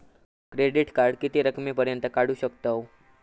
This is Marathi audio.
क्रेडिट कार्ड किती रकमेपर्यंत काढू शकतव?